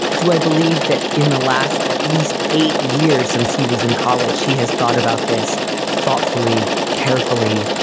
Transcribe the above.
do i believe that in the last at least eight years since he was in college, he has thought about this thoughtfully, carefully,